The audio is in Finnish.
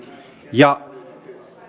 ja